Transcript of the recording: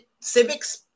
Civics